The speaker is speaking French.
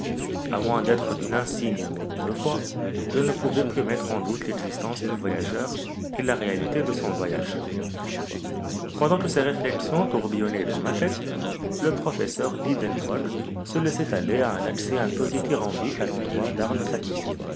a moins d'être d'une insigne mauvaise foi je ne pouvais plus mettre en doute l'existence du voyageur et la réalité de son voyage pendant que ces réflexions tourbillonnaient dans ma tête le professeur lidenbrock se laissait aller à un accès un peu dithyrambique à l'endroit d'arne